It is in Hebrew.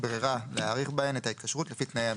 ברירה להאריך בהן את ההתקשרות לפי תנאי המכרז.